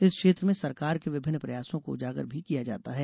इस क्षेत्र में सरकार के विभिन्न प्रयासों को उजागर भी किया जाता है